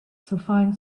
solfaing